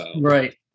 Right